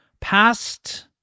Past